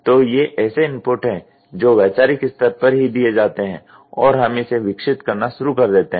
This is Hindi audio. तो ये ऐसे इनपुट हैं जो वैचारिक स्तर पर ही दिए जाते हैं और हम इसे विकसित करना शुरू कर देते हैं